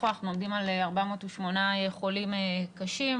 אנחנו עומדים על 408 חולים קשים,